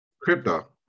crypto